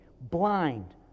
blind